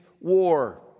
war